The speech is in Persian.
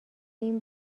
این